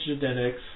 genetics